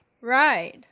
Right